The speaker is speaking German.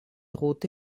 rote